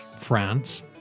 France